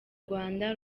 rwanda